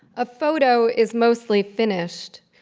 a photo is mostly finished,